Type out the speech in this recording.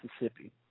Mississippi